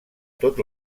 tot